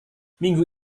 minggu